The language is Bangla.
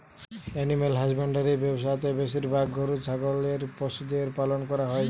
এনিম্যাল হ্যাজব্যান্ড্রি ব্যবসা তে বেশিরভাগ গরু ছাগলের পশুদের পালন করা হই